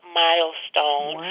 milestone